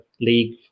league